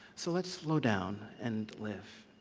so let's slow down and live.